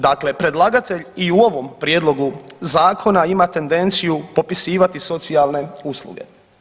Dakle predlagatelj i u ovom prijedlogu Zakona ima tendenciju popisivati socijalne usluge.